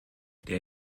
der